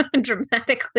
dramatically